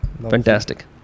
fantastic